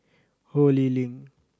Ho Lee Ling